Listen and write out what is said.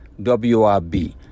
WRB